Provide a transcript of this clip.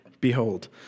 Behold